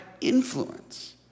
influence